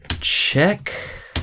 Check